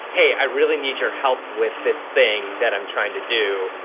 hey, i really need your help with this thing that i'm trying to do.